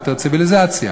יותר ציוויליזציה.